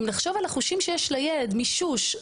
אם נחשוב על החושים שיש לילד מישוש,